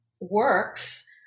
works